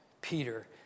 Peter